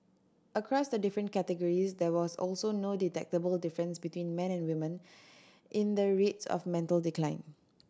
across the different categories there was also no detectable difference between man and women in the rates of mental decline